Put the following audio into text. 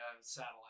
satellite